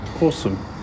Awesome